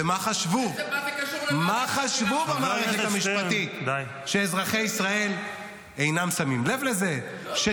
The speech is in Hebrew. ומה חשבו במערכת המשפטית -- מה זה קשור לוועדת חקירה ממלכתית?